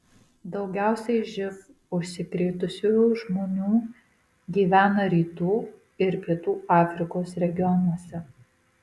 daugiausiai živ užsikrėtusiųjų žmonių gyvena rytų ir pietų afrikos regionuose